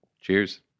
Cheers